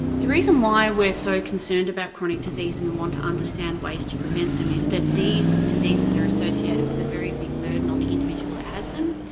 the reason why we're so concerned about chronic diseases and want to understand ways to prevent them is that these diseases are associated with a very big burden on the individual that has them,